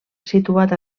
situat